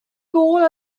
gôl